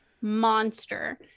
monster